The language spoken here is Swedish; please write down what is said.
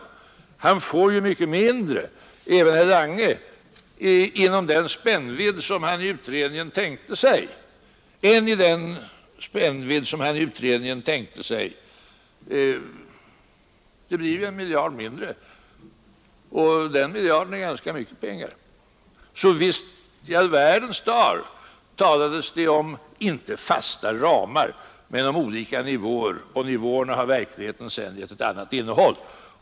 Herr Lange får ju mycket mindre inom den spännvidd som han i utredningen tänkte sig. Det blir ju 1 miljard mindre, och den miljarden är ganska mycket pengar. Så visst i all världens dar talades det om olika nivåer i försvarsutredningen, och nivåerna har verkligheten sedan givit ett annat innehåll.